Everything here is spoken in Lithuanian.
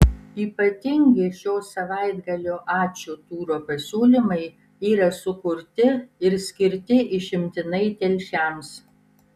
ypatingi šio savaitgalio ačiū turo pasiūlymai yra sukurti ir skirti išimtinai telšiams